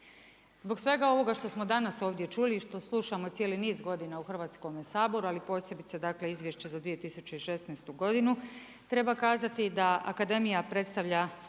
Zbog svega ovoga što smo danas ovdje čuli i što slušamo cijeli niz godina u Hrvatskome saboru, ali posebice Izvješće za 2016. godinu, treba kazati da akademija predstavlja